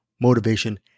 motivation